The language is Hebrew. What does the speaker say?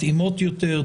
מתאימות יותר,